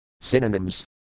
Synonyms